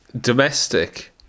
domestic